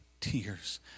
Tears